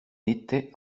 était